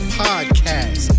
podcast